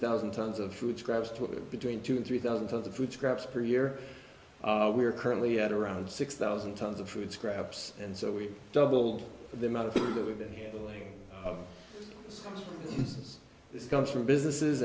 thousand tons of food scraps to between two and three thousand tons of food scraps per year we're currently at around six thousand tons of food scraps and so we've doubled the amount of food that we've been handling this comes from businesses